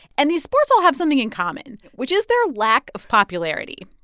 and these sports all have something in common, which is their lack of popularity.